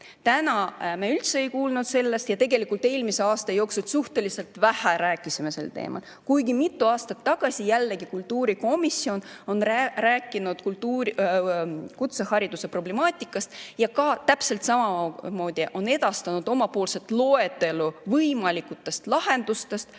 Täna me üldse ei kuulnud sellest ja tegelikult ka eelmise aasta jooksul suhteliselt vähe rääkisime sel teemal, kuigi mitu aastat jällegi kultuurikomisjon on rääkinud kutsehariduse problemaatikast ja täpselt samamoodi on edastanud omapoolse loetelu võimalikest lahendustest